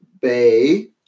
Bay